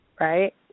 right